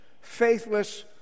faithless